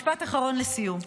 משפט אחרון לסיום.